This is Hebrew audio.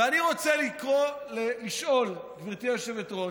ואני רוצה לשאול, גברתי היושבת-ראש,